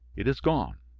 it is gone,